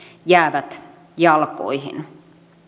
jäävät jalkoihin